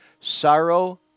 Sorrow